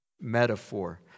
metaphor